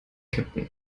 kapitän